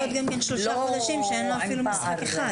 להיות שלושה חודשים שאין לו אפילו משחק אחד.